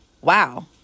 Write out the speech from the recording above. wow